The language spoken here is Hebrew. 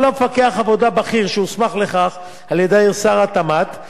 או למפקח עבודה בכיר שהוסמך לכך על-ידי שר התמ"ת,